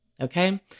Okay